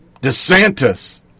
DeSantis